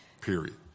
period